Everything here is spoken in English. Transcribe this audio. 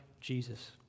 Jesus